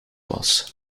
was